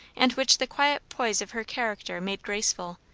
and which the quiet poise of her character made graceful,